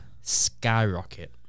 Skyrocket